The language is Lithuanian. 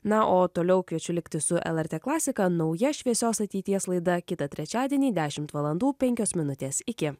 na o toliau kviečiu likti su lrt klasika nauja šviesios ateities laida kitą trečiadienį dešimt valandų penkios minutės iki